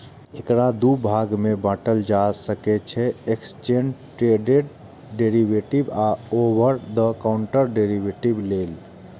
एकरा दू भाग मे बांटल जा सकै छै, एक्सचेंड ट्रेडेड डेरिवेटिव आ ओवर द काउंटर डेरेवेटिव लेल